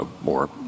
more —